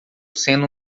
sendo